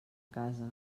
casa